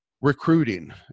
Recruiting